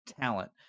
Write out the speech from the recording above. talent